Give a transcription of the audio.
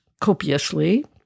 copiously